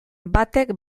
batek